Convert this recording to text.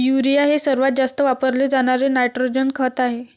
urea हे सर्वात जास्त वापरले जाणारे नायट्रोजन खत आहे